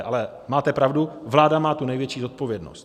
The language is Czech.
Ale máte pravdu, vláda má tu největší odpovědnost.